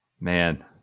man